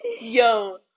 Yo